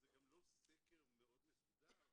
זה לא סקר מאוד מסודר,